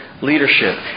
leadership